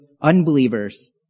unbelievers